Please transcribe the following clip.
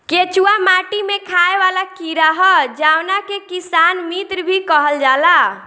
केचुआ माटी में खाएं वाला कीड़ा ह जावना के किसान मित्र भी कहल जाला